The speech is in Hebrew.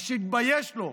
אז שיתבייש לו.